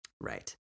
Right